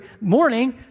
morning